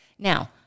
Now